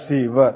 receiver